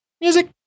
Music